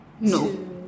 No